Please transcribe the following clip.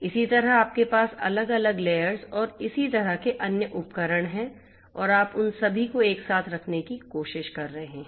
इसी तरह आपके पास अलग अलग लेयर्स और इसी तरह के अन्य उपकरण हैं और आप उन सभी को एक साथ रखने की कोशिश कर रहे हैं